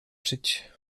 czyć